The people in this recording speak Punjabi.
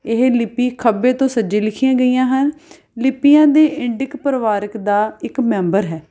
ਇਹ ਲਿਪੀ ਖੱਬੇ ਤੋਂ ਸੱਜੇ ਲਿਖੀਆਂ ਗਈਆਂ ਹਨ ਲਿਪੀਆਂ ਦੇ ਇੰਡਿਕ ਪਰਿਵਾਰਕ ਦਾ ਇੱਕ ਮੈਂਬਰ ਹੈ